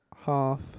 Half